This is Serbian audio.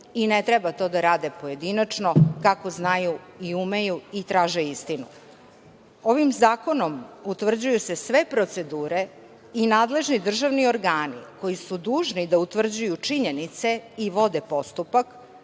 i ne treba to da rade pojedinačno i kako znaju i umeju i traže istinu. Ovim zakonom utvrđuju se sve procedure i nadležni državni organi koji su dužni da utvrđuju činjenice i vode postupak,